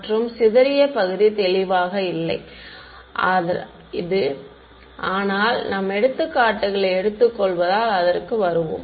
மற்றும் சிதறிய பகுதி தெளிவாக இல்லை இது ஆனால் நாம் எடுத்துக்காட்டுகளை எடுத்துக்கொள்வதால் அதற்கு வருவோம்